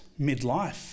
midlife